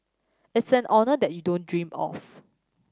it's an honour that you don't dream of